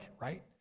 right